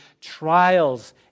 trials